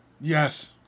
yes